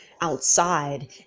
outside